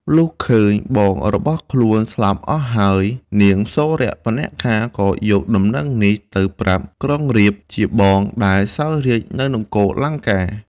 លុះឃើញបងរបស់ខ្លួនស្លាប់អស់ហើយ នាងសូរបនខាក៏យកដំណឹងនេះទៅប្រាប់ក្រុងរាពណ៍ ជាបង ដែលសោយរាជ្យនៅនគរលង្កា។